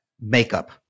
makeup